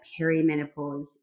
perimenopause